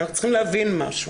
אנחנו צריכים להבין משהו.